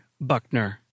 Buckner